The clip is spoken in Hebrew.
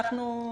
היום,